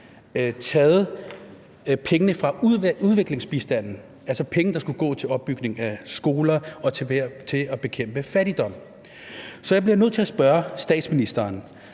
taget pengene fra udviklingsbistanden, altså penge, der skulle gå til opbygning af skoler og til at bekæmpe fattigdom. Så jeg bliver nødt til at spørge statsministeren: